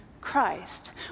Christ